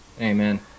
Amen